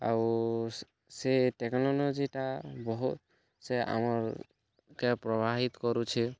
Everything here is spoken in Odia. ଆଉ ସେ ଟେକ୍ନୋଲୋଜିଟା ବହୁତ୍ ସେ ଆମର୍ କେ ପ୍ରଭାବିତ୍ କରୁଛି